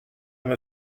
m’a